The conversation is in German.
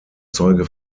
zeuge